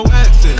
exit